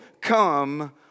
come